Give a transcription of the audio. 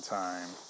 time